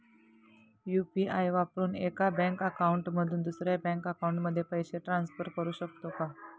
UPI वापरून एका bank account मधून दुसऱ्या बँक अकाउंटमध्ये पैसे ट्रान्सफर करू शकतो का?